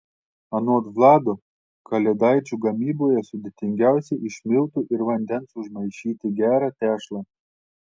anot vlado kalėdaičių gamyboje sudėtingiausia iš miltų ir vandens užmaišyti gerą tešlą